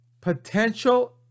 potential